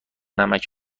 نمک